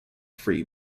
free